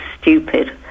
stupid